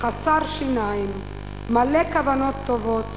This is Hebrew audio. חסר שיניים מלא כוונות טובות